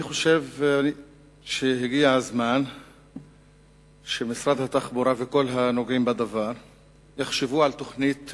אני חושב שהגיע הזמן שמשרד התחבורה וכל הנוגעים בדבר יחשבו על תוכנית